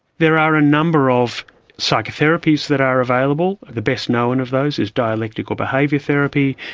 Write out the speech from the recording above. there are a number of psychotherapies that are available. the best known of those is dialectical behaviour therapy,